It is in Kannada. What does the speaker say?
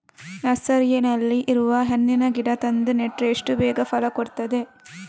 ನರ್ಸರಿನಲ್ಲಿ ಇರುವ ಹಣ್ಣಿನ ಗಿಡ ತಂದು ನೆಟ್ರೆ ಎಷ್ಟು ಬೇಗ ಫಲ ಕೊಡ್ತದೆ